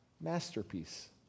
masterpiece